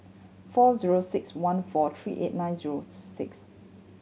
four zero six one four three eight nine zero six